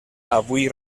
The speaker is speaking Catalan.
avui